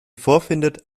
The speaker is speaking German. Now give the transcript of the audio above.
vorfindet